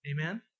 Amen